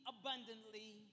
abundantly